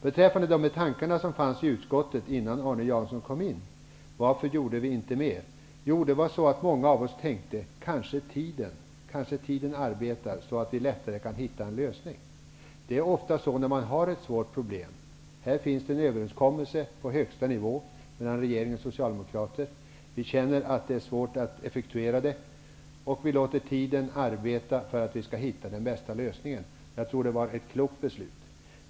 Beträffande tankarna som fanns i utskottet, innan Arne Jansson kom in, och frågan varför vi inte gjorde mer kan jag säga att många av oss tänkte, att kanske tiden arbetar så att vi lättare kan hitta en lösning. Det är ofta så när man har ett svårt problem. Här finns en överenskommelse på högsta nivå mellan regeringen och Socialdemokraterna. Vi känner att det är svårt att effektuera den, och vi låter tiden arbeta för att vi skall hitta den bästa lösningen. Jag tror att det var ett klokt beslut.